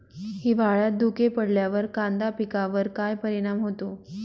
हिवाळ्यात धुके पडल्यावर कांदा पिकावर काय परिणाम होतो?